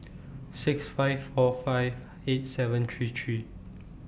six five four five eight seven three three